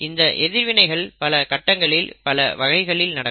இந்த எதிர்வினைகள் பல கட்டங்களில் பல வகைகளில் நடக்கும்